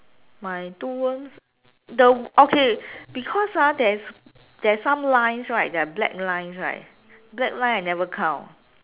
my two worms the okay because ah there's there's some lines right there are black lines right black lines I never count